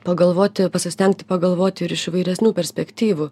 pagalvoti pasistengti pagalvoti ir iš įvairesnių perspektyvų